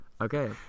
Okay